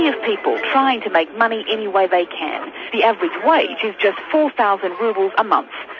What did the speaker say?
yeah people trying to make money any way they can. the average wage is just four thousand roubles a month,